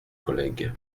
collègue